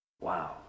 Wow